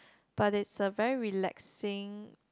but it's a very relaxing